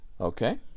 Okay